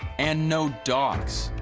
and no dogs.